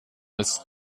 ist